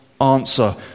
answer